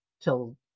till